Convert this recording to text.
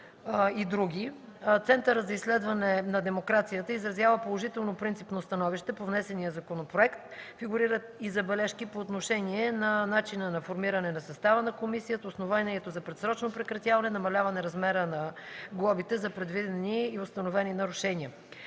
Центърът за изследване на демокрацията изразява положително принципно становище по внесения законопроект. Фигурират и забележки по отношение на: начина на формиране състава на комисията; основанието за предсрочно прекратяване; намаляване размера на глобите за предвидени и установени нарушения.